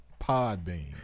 Podbean